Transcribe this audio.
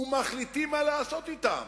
ומחליטים מה לעשות אתם: